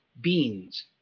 beans